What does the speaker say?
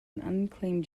unicameral